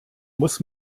muss